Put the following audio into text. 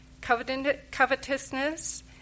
covetousness